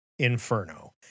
inferno